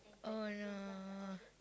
oh no